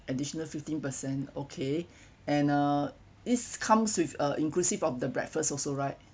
additional fifteen percent okay and uh it's comes with a inclusive of the breakfast also right